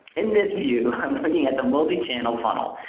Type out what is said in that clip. in this view i am looking at the multi-channel funnel,